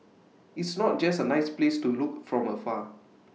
it's not just A nice place to look from afar